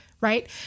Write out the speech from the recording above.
right